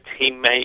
teammate